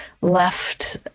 left